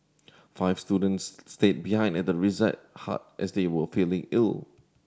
five students stayed behind at the reside hut as they were feeling ill